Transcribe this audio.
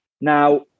Now